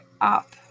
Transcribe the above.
up